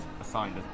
assigned